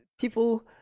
people